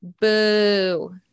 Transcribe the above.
Boo